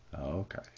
Okay